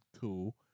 cool